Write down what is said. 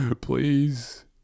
Please